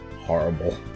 horrible